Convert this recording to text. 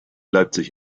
leipzig